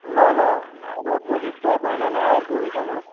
ल ल अब भोलि त भएन भने अर्को विक आउनुहोस्